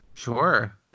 sure